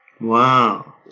Wow